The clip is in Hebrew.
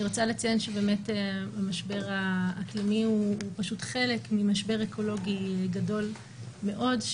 אני רוצה לציין שהמשבר האקלימי הוא חלק ממשבר אקולוגי גדול מאוד,